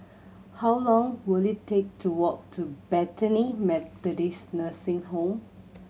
how long will it take to walk to Bethany Methodist Nursing Home